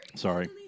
Sorry